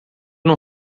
não